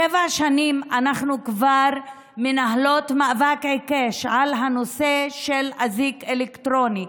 שבע שנים אנחנו כבר מנהלות מאבק עיקש על הנושא של אזיק אלקטרוני,